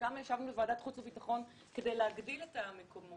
כמה ישבנו בוועדת חוץ וביטחון כדי להגדיל את מספר המקומות?